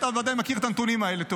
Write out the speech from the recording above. אתה בוודאי מכיר את הנתונים האלה טוב.